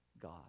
god